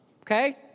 Okay